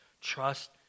trust